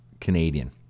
Canadian